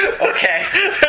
Okay